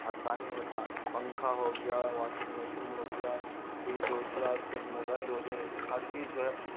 آسانی ہوتا ہے پنکھا ہو گیا واسنگ مشین ہو گیا فریز ہو گیا اس کے بعد موبائل ہو گئے ہر چیز جو ہے